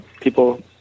people